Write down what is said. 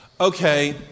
Okay